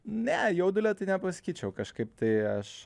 ne jaudulio tai nepasakyčiau kažkaip tai aš